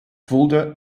voelde